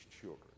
children